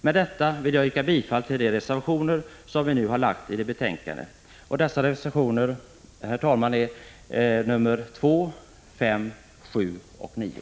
Med detta vill jag yrka bifall till de reservationer som vi har fogat vid detta betänkande. Dessa reservationer är, herr talman, reservationerna 2, 5, 7 och 9.